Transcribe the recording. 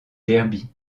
derby